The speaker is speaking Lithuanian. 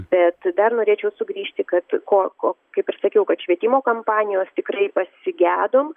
bet dar norėčiau sugrįžti kad ko ko kaip ir sakiau kad švietimo kampanijos tikrai pasigedom